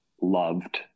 loved